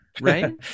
Right